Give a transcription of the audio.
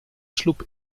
sloep